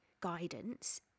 guidance